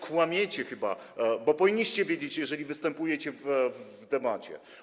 Kłamiecie chyba, bo powinniście wiedzieć, jeżeli występujecie w debacie.